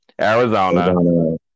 arizona